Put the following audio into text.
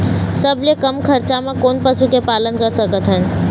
सबले कम खरचा मा कोन पशु के पालन कर सकथन?